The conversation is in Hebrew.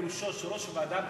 פירושו שראש הוועדה המקומית,